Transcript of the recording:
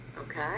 Okay